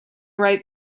write